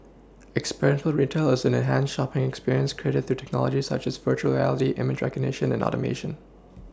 experiential retail is an enhanced shopPing experience created through technologies such as virtual reality image recognition and Automation